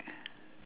yes correct